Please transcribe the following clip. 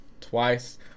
Twice